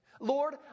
Lord